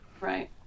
Right